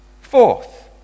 Fourth